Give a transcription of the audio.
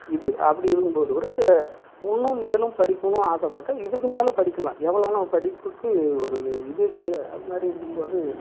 இது அப்படி இருக்கும் போது கூட இன்னும் மேலும் படிக்கணும் ஆசைப்பட்டு இதுக்கு மேல் படிக்கலாம் எவ்வளோ வேணாலும் படிப்புக்கு ஒரு இது கிடையாது அது மாதிரி இருக்கும் போது